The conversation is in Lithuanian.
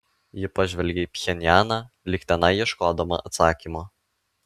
ji pažvelgė į pchenjaną lyg tenai ieškodama atsakymo